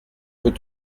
veux